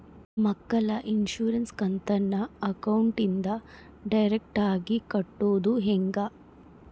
ಮಕ್ಕಳ ಇನ್ಸುರೆನ್ಸ್ ಕಂತನ್ನ ಅಕೌಂಟಿಂದ ಡೈರೆಕ್ಟಾಗಿ ಕಟ್ಟೋದು ಹೆಂಗ?